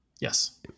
yes